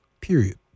period